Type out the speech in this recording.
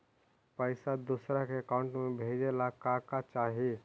पैसा दूसरा के अकाउंट में भेजे ला का का चाही?